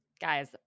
Guys